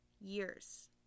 years